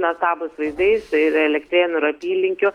nuostabūs vaizdai tai ir elektrėnų ir apylinkių